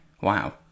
Wow